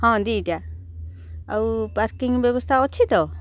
ହଁ ଦୁଇ'ଟା ଆଉ ପାର୍କିଂ ବ୍ୟବସ୍ଥା ଅଛି ତ